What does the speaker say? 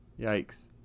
Yikes